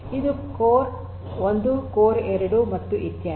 ಇದು core 1 core 2 ಮತ್ತು ಇತ್ಯಾದಿ